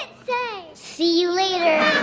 and say? sea you later